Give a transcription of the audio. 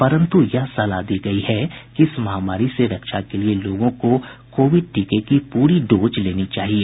परन्तु यह सलाह दी गई है कि इस महामारी से रक्षा के लिए लोगों को कोविड टीके की पूरी डोज लेनी चाहिए